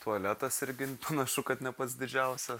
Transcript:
tualetas irgi panašu kad ne pats didžiausias